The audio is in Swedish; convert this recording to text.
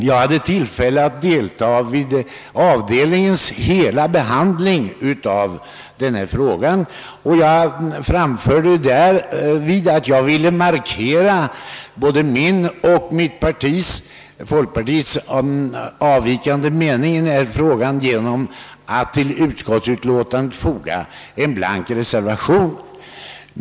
Jag hade tillfälle att delta i hela behandlingen av denna fråga i avdelningen, och jag framförde därvid, att jag ville markera både min och mitt partis, folkpartiets, avvikande mening i denna fråga genom att till utlåtandet foga en blank reservation.